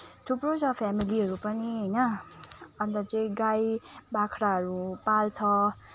थुप्रो छ फ्यामिलीहरू पनि होइन अन्त चाहिँ गाईबाख्राहरू पाल्छ